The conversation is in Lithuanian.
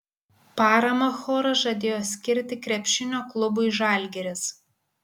paramą choras žadėjo skirti krepšinio klubui žalgiris